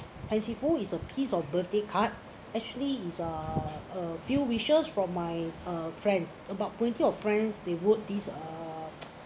is a piece of birthday card actually is uh a few wishes from my uh friends about twenty of friends they wrote this uh